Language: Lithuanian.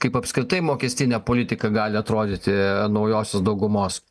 kaip apskritai mokestinė politika gali atrodyti naujosios daugumos